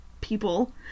people